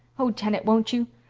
oh, janet, won't you?